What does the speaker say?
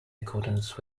accordance